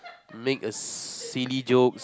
make a silly joke